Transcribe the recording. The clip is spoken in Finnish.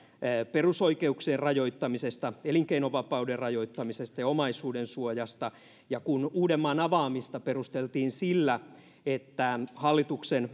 perusoikeuksien rajoittamisesta elinkeinovapauden rajoittamisesta ja omaisuudensuojasta kun uudenmaan avaamista perusteltiin sillä että hallituksen